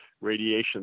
radiation